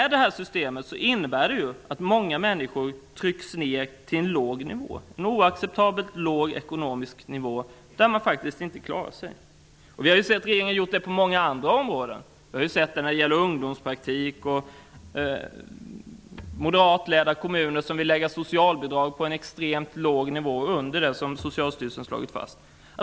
Det här systemet innebär att många människor trycks ned till en oacceptabelt låg ekonomisk nivå, där de inte klarar sig. Vi har sett att regeringen gör samma sak på många andra områden, t.ex. när det gäller ungdomspraktik. Det finns moderatledda kommuner som vill lägga socialbidrag på en extremt låg nivå, under den nivå som Socialstyrelsen har slagit fast.